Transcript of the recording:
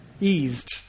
eased